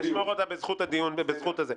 אוקיי, אני אשמור את זה לזכות הדיבור שלי אחר כך.